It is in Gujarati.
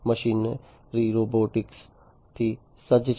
મશીનરી રોબોટિકmachinery robotics0 થી સજ્જ છે